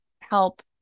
help